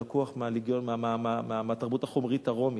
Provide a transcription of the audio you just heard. שלקוח מהתרבות החומרית הרומית.